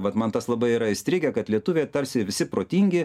vat man tas labai yra įstrigę kad lietuviai tarsi visi protingi